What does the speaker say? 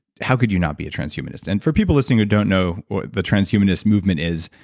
how could you not be a transhumanist? and for people listening who don't know what the transhumanist movement is,